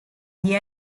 the